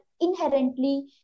inherently